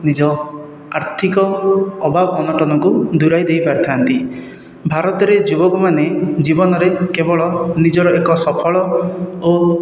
ନିଜ ଆର୍ଥିକ ଅଭାବ ଅନଟନକୁ ଦୂରାଇ ଦେଇ ପାରିଥାନ୍ତି ଭାରତରେ ଯୁବକମାନେ ଜୀବନରେ କେବଳ ନିଜର ଏକ ସଫଳ ଓ